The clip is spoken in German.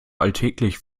alltäglich